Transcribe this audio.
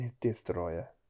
Destroyer